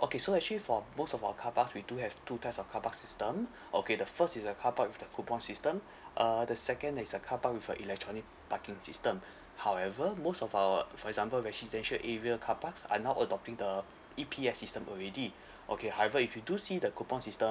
okay so actually for both of our car parks we do have two types of car park system okay the first is a car park with the coupon system uh the second is a car park with a electronic parking system however most of our for example residential area car parks are now adopting the E_P_S system already okay however if you do see the coupon system